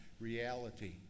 reality